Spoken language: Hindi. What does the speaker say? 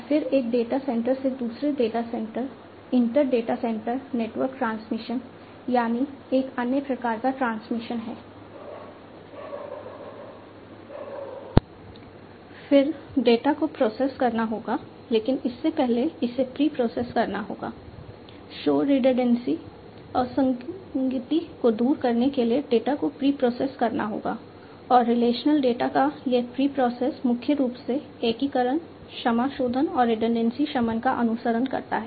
फिर डेटा को प्रोसेस शमन का अनुसरण करता है